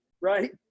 right